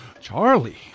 Charlie